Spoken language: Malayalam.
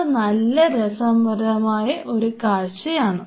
അത് നല്ല രസകരമായ ഒരു കാഴ്ചയാണ്